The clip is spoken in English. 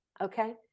Okay